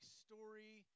story